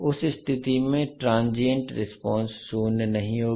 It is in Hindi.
उस स्थिति में ट्रांसिएंट रेस्पोंस शून्य नहीं होगी